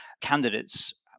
candidates